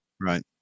Right